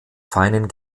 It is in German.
feinen